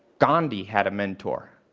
gandhi had a mentor.